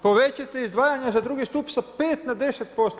Povećajte izdvajanja za drugi stup sa 5 na 10%